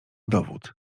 dowód